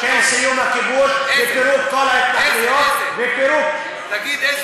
אם תקימו מוזיאון למלחמה, תגיד, איזה